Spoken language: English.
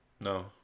no